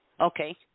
Okay